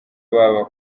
baba